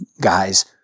guys